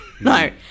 no